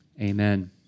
amen